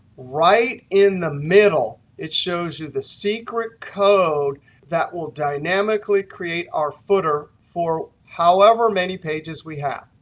right in the middle, it shows you the secret code that will dynamically create our footer for however many pages we have.